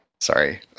Sorry